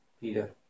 Peter